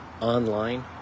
online